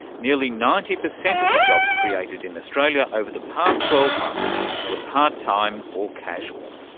nearly ninety percent of the jobs created in australia over the past twelve months were part-time or casual.